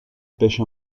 pêche